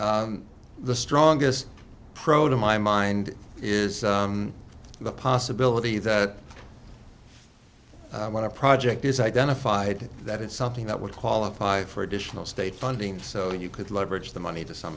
the strongest pro to my mind is the possibility that i want to project is identified that it's something that would qualify for additional state funding so you could leverage the money to some